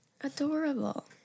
Adorable